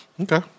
Okay